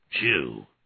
Jew